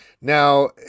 now